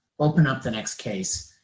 open up the next case,